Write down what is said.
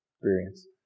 experience